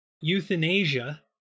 euthanasia